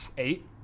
Eight